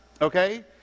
okay